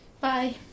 Bye